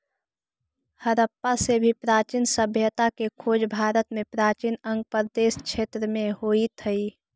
हडप्पा से भी प्राचीन सभ्यता के खोज भारत में प्राचीन अंग प्रदेश क्षेत्र में होइत हई